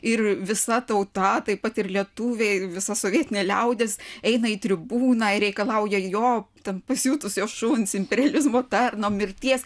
ir visa tauta taip pat ir lietuviai visa sovietinė liaudis eina į tribūną ir reikalauja jo ten pasiutusio šuns imperializmo tarno mirties